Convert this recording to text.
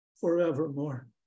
forevermore